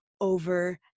over